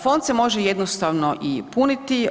Fond se može jednostavno i puniti.